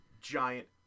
giant